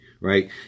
right